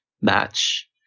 match